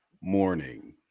morning